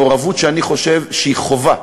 מעורבות שאני חושב שהיא חובה